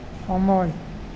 সময়